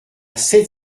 sept